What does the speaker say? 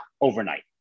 overnight